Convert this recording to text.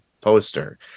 poster